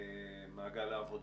למעגל העבודה.